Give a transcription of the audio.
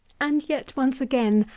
and yet once again,